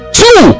two